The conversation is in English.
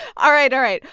all right. all right.